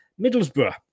Middlesbrough